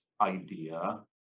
idea